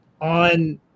On